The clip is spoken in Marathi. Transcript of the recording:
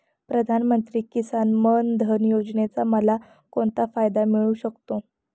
प्रधानमंत्री किसान मान धन योजनेचा मला कोणता फायदा मिळू शकतो?